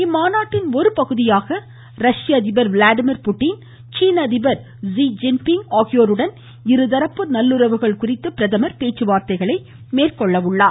இம்மாநாட்டின் ஒரு பகுதியாக ரஷ்ய அதிபர் விளாடிமிர் புடின் சீன அதிபர் ஜீ ஜின் பிங் ஆகியோருடன் இருதரப்பு நல்லுறவு குறித்து பிரதமர் பேச்சுவார்த்தை மேற்கொள்கிறார்